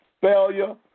failure